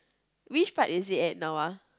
which part is it at now ah